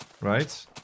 right